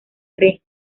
cree